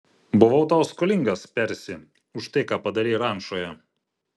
buvau tau skolingas persi už tai ką padarei rančoje